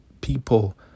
people